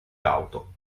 auto